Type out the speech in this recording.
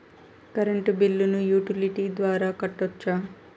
Current బిల్లును utility ద్వారా కట్టొచ్చా?